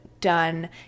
done